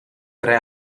tre